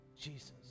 Jesus